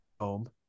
home